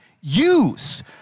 use